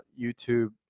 YouTube